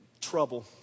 trouble